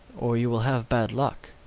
or you will have bad luck.